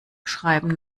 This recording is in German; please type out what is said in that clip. schreiben